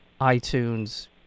iTunes